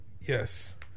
Yes